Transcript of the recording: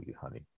honey